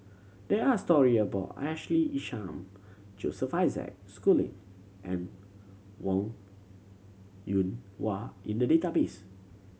there are story about Ashley Isham Joseph Isaac Schooling and Wong Yoon Wah in the database